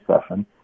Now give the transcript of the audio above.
session